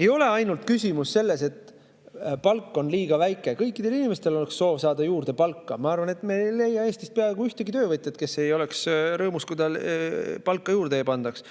Ei ole ainult küsimus selles, et palk on liiga väike. Kõikidel inimestel oleks soov saada palka juurde. Ma arvan, et me ei leia Eestist peaaegu ühtegi töövõtjat, kes ei oleks rõõmus, kui tal palka juurde pandaks.